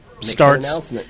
starts